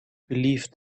believed